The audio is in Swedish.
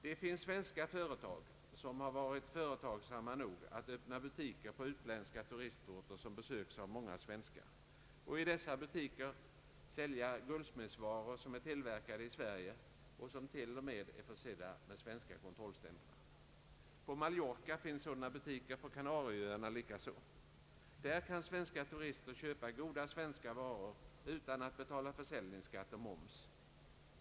Det finns svenska företag som varit företagsamma nog att öppna butiker på utländska turistorter vilka besöks av många svenskar och i dessa butiker sälja guldsmedsvaror som är tillverkade i Sverige och till och med är försedda med svenska kontrollstämplar. På Mallorca finns det sådana butiker, på Kanarieöarna likaså. Där kan svenska turister köpa goda svenska varor utan att betala försäljningsskatt och moms.